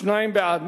שניים בעד.